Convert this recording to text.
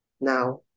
now